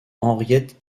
henriette